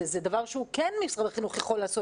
זה דבר שכן משרד החינוך יכול לעשות,